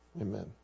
amen